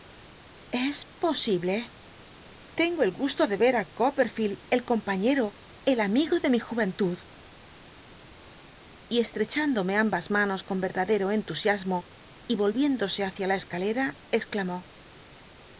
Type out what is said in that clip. es posible tengo el gusto de yer ü copperfield el compaiiero el ami o de mi jmentud y esh'cchándome ambas manos con et ladero entusiasmo y yoi'iéndose hücia la cscalea exclamó